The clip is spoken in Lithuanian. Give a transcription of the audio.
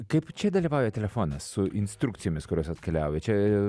kaip čia dalyvauja telefonas su instrukcijomis kurios atkeliauja čia